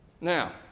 Now